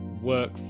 work